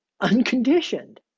unconditioned